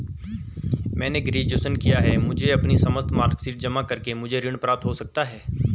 मैंने ग्रेजुएशन किया है मुझे अपनी समस्त मार्कशीट जमा करके मुझे ऋण प्राप्त हो सकता है?